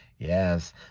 Yes